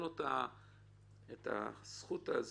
ולכן תן לו את הזכות הזאת,